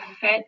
fit